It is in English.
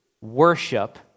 worship